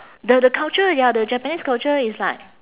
the the culture ya the japanese culture is like